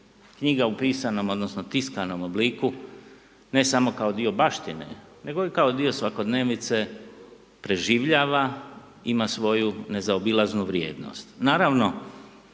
Knjiga u pisano odnosno tiskanom obliku ne samo kao dio baštine nego i kao dio svakodnevnice, preživljava , ima svoju nezaobilaznu vrijednost.